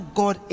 god